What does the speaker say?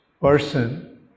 person